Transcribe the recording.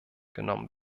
genommen